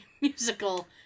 musical